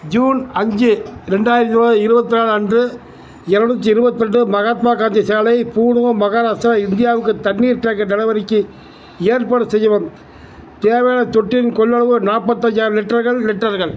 June அஞ்சு ரெண்டாயிரத்தி இருவ இருபத்து நாலு அன்று இரநூத்தி இருபத்து ரெண்டு மகாத்மா காந்தி சாலை பூனே மகாராஷ்டிரா இந்தியாவுக்குத் தண்ணீர் டேங்கர் டெலிவரிக்கு ஏற்பாடு செய்யவும் தேவையான தொட்டியின் கொள்ளளவு நாற்பத்தஞ்சாயிரம் லிட்டர்கள் லிட்டர்கள்